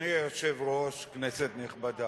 אדוני היושב-ראש, כנסת נכבדה,